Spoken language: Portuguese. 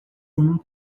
nenhum